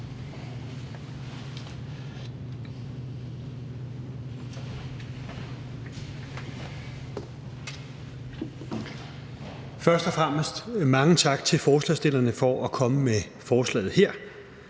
Først og fremmest mange tak til forslagsstillerne for at komme med forslaget her.